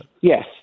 Yes